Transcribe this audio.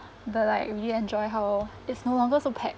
but I really enjoy how it's no longer so packed